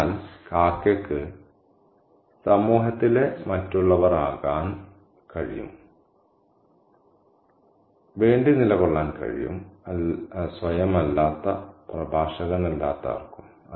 അതിനാൽ കാക്കയ്ക്ക് സമൂഹത്തിലെ മറ്റുള്ളവർ ആകാൻ കഴിയും വേണ്ടി നിലകൊള്ളാൻ കഴിയും സ്വയം അല്ലാത്ത പ്രഭാഷകനല്ലാത്ത ആർക്കും